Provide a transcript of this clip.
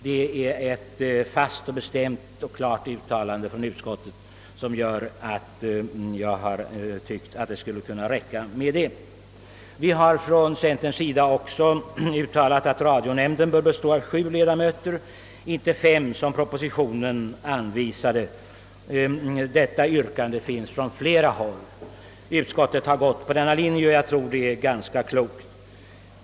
Det är ett bestämt och klart uttalande från utskottets sida, som jag tycker är till fyllest. Vi inom centern har också uttalat att radionämnden bör bestå av sju ledamöter, inte av fem som propositionen föreslår. Samma yrkande har framställts även från andra håll. Utskottet har anslutit sig till denna linje. Jag tror förslaget är ganska klokt.